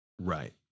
Right